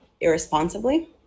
irresponsibly